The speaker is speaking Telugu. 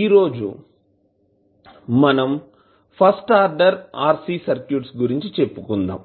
ఈరోజు మనం ఫస్ట్ ఆర్డర్ RC సర్క్యూట్స్ గురించి చెప్పుకుందాం